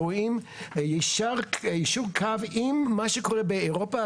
רואים יישור קו עם מה שקורה באירופה,